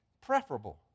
preferable